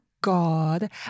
God